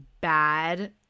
bad